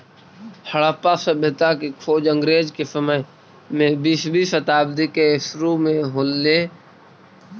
हड़प्पा सभ्यता के खोज अंग्रेज के समय में बीसवीं शताब्दी के सुरु में हो ले